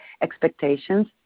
expectations